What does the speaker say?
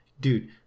dude